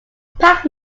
pac